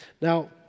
Now